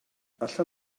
allan